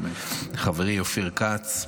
חברי אופיר כץ,